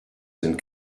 sind